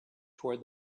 toward